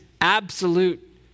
absolute